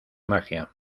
magia